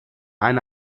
eine